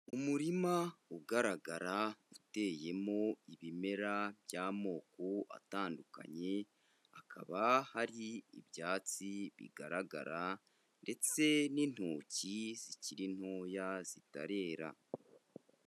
Umurima ugaragara uteyemo ibimera by'amoko atandukanye, hakaba hari ibyatsi bigaragara ndetse n'intoki zikiri ntoya zitarera.